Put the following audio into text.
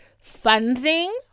funding